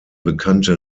bekannte